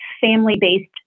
family-based